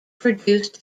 produced